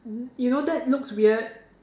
you know that looks weird